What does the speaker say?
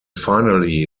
finally